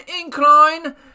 incline